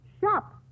shop